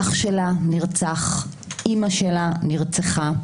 האח שלה נרצח, אימא שלה נרצחה,